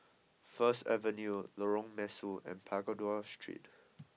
First Avenue Lorong Mesu and Pagoda Street